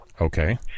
Okay